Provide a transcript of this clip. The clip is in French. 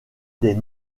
des